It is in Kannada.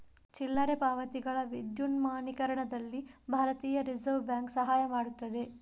ಚಿಲ್ಲರೆ ಪಾವತಿಗಳ ವಿದ್ಯುನ್ಮಾನೀಕರಣದಲ್ಲಿ ಭಾರತೀಯ ರಿಸರ್ವ್ ಬ್ಯಾಂಕ್ ಸಹಾಯ ಮಾಡುತ್ತದೆ